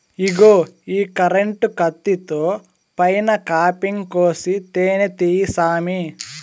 ఇగో ఈ కరెంటు కత్తితో పైన కాపింగ్ కోసి తేనే తీయి సామీ